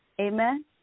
Amen